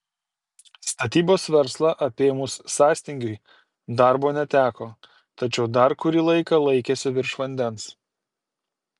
statybos verslą apėmus sąstingiui darbo neteko tačiau dar kurį laiką laikėsi virš vandens